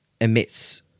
emits